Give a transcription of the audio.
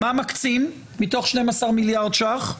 מה מקצים מתוך 12 מיליארד ש"ח?